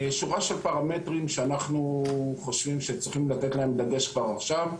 שורה של פרמטרים שאנחנו חושבים שצריך לתת עליהם דגש כבר עכשיו.